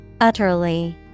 Utterly